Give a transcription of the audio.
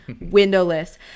windowless